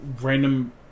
random